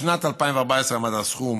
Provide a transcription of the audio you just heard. בשנת 2014 עמד הסכום